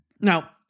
Now